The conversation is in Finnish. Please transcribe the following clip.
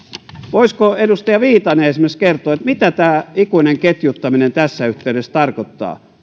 voisiko esimerkiksi edustaja viitanen kertoa mitä tämä ikuinen ketjuttaminen tässä yhteydessä tarkoittaa